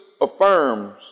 affirms